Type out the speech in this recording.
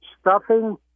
stuffing